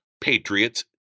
Patriots